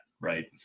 right